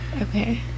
okay